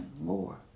more